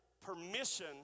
permission